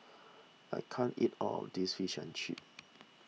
I can't eat all of this Fish and Chips